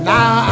Now